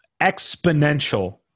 exponential